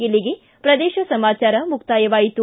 ಇಲ್ಲಿಗೆ ಪ್ರದೇಶ ಸಮಾಚಾರ ಮುಕ್ತಾಯವಾಯಿತು